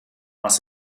was